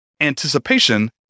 anticipation